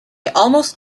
almost